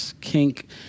Kink